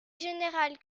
général